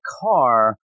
car